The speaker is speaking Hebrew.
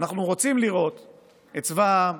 אנחנו רוצים לראות את צבא העם